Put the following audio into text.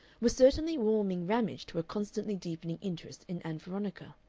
was certainly warming ramage to a constantly deepening interest in ann veronica.